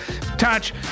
touch